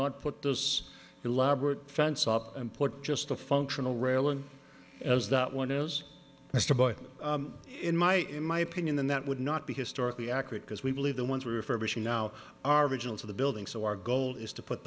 not put those elaborate fence up and put just a functional railing as that one is just a boy in my in my opinion that would not be historically accurate because we believe the ones we refer to she now are regional to the building so our goal is to put